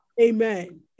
Amen